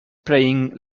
playing